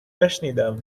نشنیدم